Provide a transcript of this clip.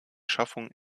schaffung